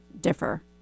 differ